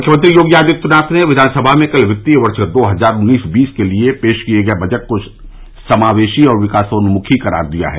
मुख्यमंत्री योगी आदित्यनाथ ने विधानसभा में कल वित्तीय वर्ष दो हजार उन्नीस बीस के लिये पेश किये गये बजट को समावेशी और विकासोन्मुखी करार दिया है